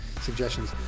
suggestions